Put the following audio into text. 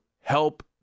help